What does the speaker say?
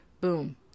Boom